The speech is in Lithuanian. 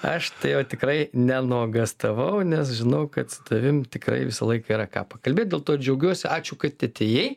aš tai jau tikrai ne nuogąstavau nes žinau kad su tavim tikrai visą laiką yra ką pakalbėt dėl to ir džiaugiuosi ačiū kad atėjai